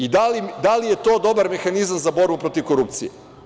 I da li je to dobar mehanizam za borbu protiv korupcije?